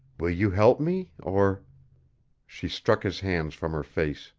will you help me, or she struck his hands from her face,